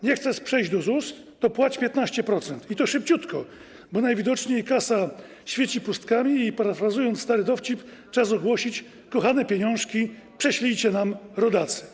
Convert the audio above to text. Nie chcesz przejść do ZUS, to płać 15%, i to szybciutko, bo najwidoczniej kasa świeci pustkami i parafrazując stary dowcip, czas ogłosić: Kochane pieniążki prześlijcie nam rodacy.